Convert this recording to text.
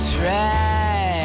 try